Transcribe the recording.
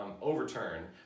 overturn